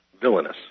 villainous